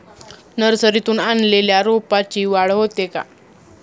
नर्सरीतून आणलेल्या रोपाची वाढ होते का?